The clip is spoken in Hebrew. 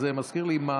אז זה מזכיר לי מאמר,